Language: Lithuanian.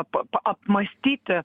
pa apmąstyti